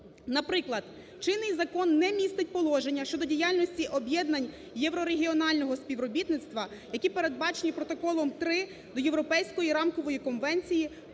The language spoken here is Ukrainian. Наприклад, чинний закон не містить положення щодо діяльності об'єднань євро-регіонального співробітництва, які передбачені Протоколом 3 до Європейської рамкової конвенції про